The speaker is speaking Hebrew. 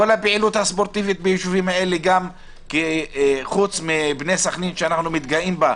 כל הפעילות הספורטיבית בישובים האלה חוץ מבני סכנין שאנחנו מתגאים בה,